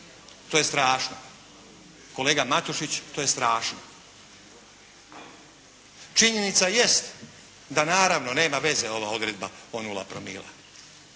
To je strašno. Kolega Matušić, to je strašno. Činjenica jest da naravno nema veze ova odredba o nula promila.